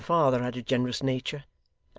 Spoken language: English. her father had a generous nature,